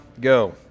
go